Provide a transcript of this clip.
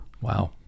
Wow